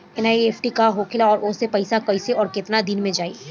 NEFT का होखेला और ओसे पैसा कैसे आउर केतना दिन मे जायी?